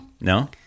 No